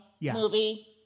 movie